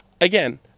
again